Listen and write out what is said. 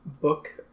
book